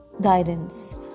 guidance